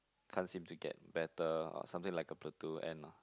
can't seemed to get better or something like a plateau end lah